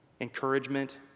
Encouragement